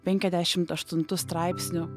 penkiadešimt aštuntu straipsniu